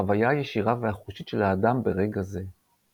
החוויה הישירה והחושית של האדם ברגע זה.